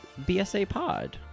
BSAPod